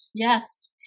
Yes